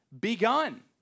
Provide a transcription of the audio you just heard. begun